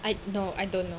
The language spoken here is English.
I know I don't know